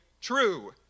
true